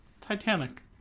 Titanic